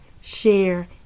share